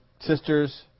sister's